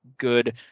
good